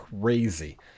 crazy